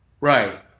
right